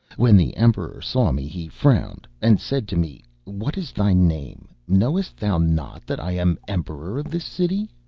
when the emperor saw me he frowned, and said to me, what is thy name? knowest thou not that i am emperor of this city?